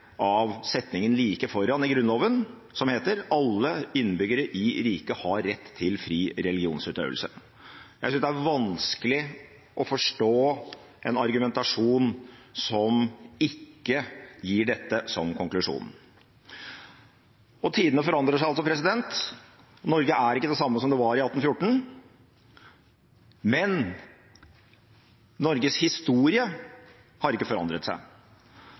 setningen like foran i Grunnloven, som heter: «Alle innbyggere i riket har fri religionsutøvelse.» Jeg synes det er vanskelig å forstå en argumentasjon som ikke gir dette som konklusjon. Tidene forandrer seg altså. Norge er ikke det samme som det var i 1814. Men Norges historie har ikke forandret seg.